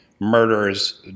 murders